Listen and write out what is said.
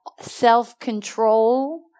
self-control